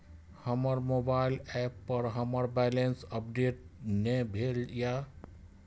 हमर mobile app पर हमर बैलेंस अपडेट ने भेल या